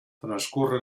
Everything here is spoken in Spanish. transcurre